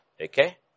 okay